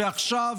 ועכשיו,